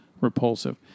repulsive